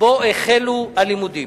שבו החלו הלימודים.